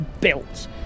built